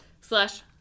Slash